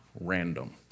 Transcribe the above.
random